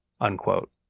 Unquote